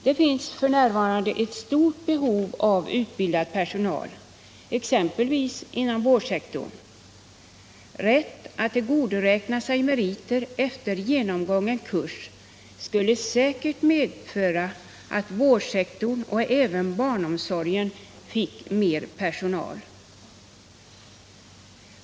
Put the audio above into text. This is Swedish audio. Det finns f. n. ett stort behov av utbildad personal exempelvis inom vårdsektorn. Rätt att tillgodoräkna sig meriter efter genomgången kurs skulle säkert medföra att vårdsektorn och även barnomsorgen fick mer personal.